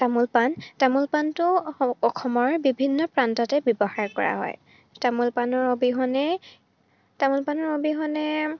তামোল পাণ তামোল পাণটো অসমৰ বিভিন্ন প্ৰান্ততে ব্যৱহাৰ কৰা হয় তামোল পাণৰ অবিহনে তামোল পাণৰ অবিহনে